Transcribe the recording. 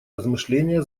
размышления